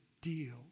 deal